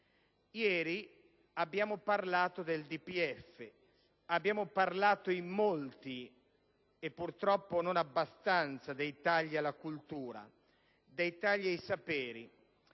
Ieri abbiamo parlato del DPEF, abbiamo parlato in molti e purtroppo non abbastanza dei tagli alla cultura, dei tagli ai saperi.